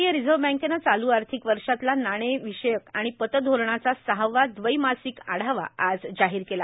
भारतीय रिझव्रह बँकेनं आज चालू आर्थिक वर्षातला नाणेविषयक आणि पत धोरणाचा सहावा दवै मासिक आढावा जाहीर केला